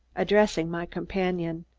addressing my companion.